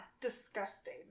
disgusting